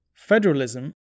Federalism